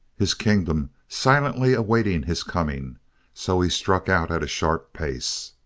his kingdom silently awaited his coming so he struck out at a sharp pace.